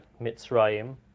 Mitzrayim